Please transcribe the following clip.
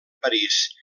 parís